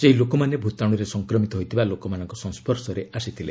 ସେହି ଲୋକମାନେ ଭୂତାଣୁରେ ସଂକ୍ରମିତ ହୋଇଥିବା ଲୋକମାନଙ୍କ ସଂସ୍ୱର୍ଶରେ ଆସିଥିଲେ